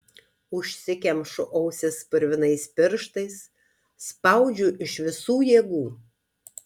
užsikemšu ausis purvinais pirštais spaudžiu iš visų jėgų